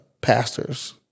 pastors